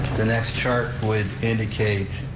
the next chart would indicate